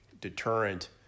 deterrent